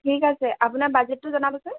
ঠিক আছে আপোনাৰ বাজেটটো জনাবচোন